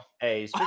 Hey